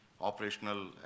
operational